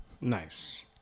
Nice